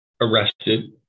arrested